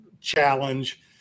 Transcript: challenge